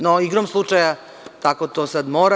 No, igrom slučaja, tako to sada mora.